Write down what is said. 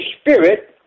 spirit